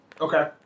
Okay